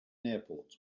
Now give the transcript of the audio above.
airports